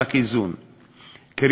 למענק איזון משמעותי,